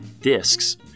Discs